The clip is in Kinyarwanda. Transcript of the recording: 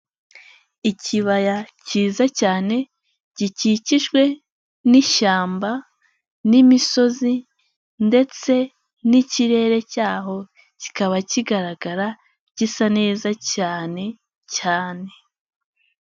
Ikibaya cyiza cyane gikikijwe ni'shyamba n'imisozi, ndetse n'ikirere cyaho kikaba kigaragara gisa neza cyane.